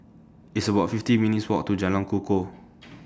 It's about fifty minutes' Walk to Jalan Kukoh